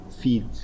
feed